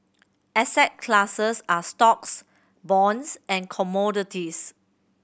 asset classes are stocks bonds and commodities